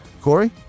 Corey